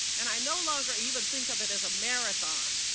and i no longer even think of it as a marathon.